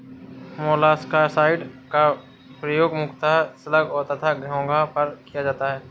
मोलॉक्साइड्स का प्रयोग मुख्यतः स्लग तथा घोंघा पर किया जाता है